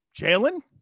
Jalen